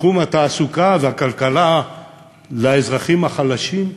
בתחום התעסוקה והכלכלה לאזרחים החלשים,